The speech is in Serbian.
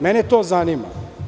Mene to zanima.